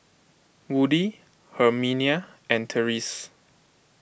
Woody Herminia and Terese